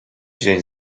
dzień